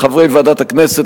לחברי ועדת הכנסת,